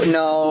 no